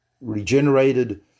regenerated